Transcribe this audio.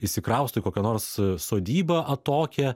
išsikrausto į kokią nors sodybą atokią